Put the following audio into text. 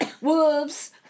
wolves